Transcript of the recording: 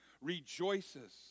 rejoices